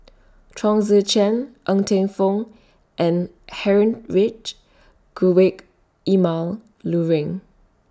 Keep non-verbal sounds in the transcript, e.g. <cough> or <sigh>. Chong Tze Chien Ng Teng Fong and Heinrich <unintelligible> Emil Luering